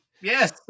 yes